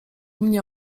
mnie